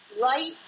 right